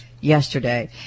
yesterday